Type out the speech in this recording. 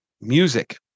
Music